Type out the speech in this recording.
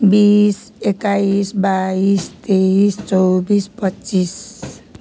बिस एक्काइस बाइस तेइस चौबिस पच्चिस